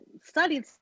studied